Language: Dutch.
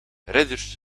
ridders